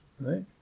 right